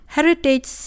Heritage